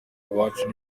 iwacu